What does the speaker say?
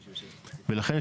ולכן,